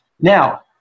now